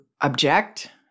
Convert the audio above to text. object